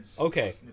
okay